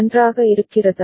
நன்றாக இருக்கிறதா